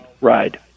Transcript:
ride